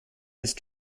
ist